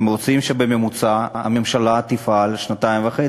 הם רוצים שהממשלה תפעל בממוצע שנתיים וחצי.